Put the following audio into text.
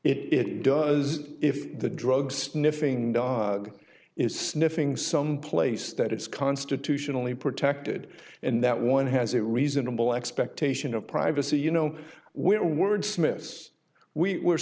it does if the drug sniffing dog is sniffing someplace that it's constitutionally protected and that one has a reasonable expectation of privacy you know where wordsmiths we